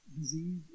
disease